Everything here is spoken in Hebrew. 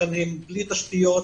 לכן הם בלי תשתיות.